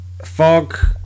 fog